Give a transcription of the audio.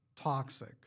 toxic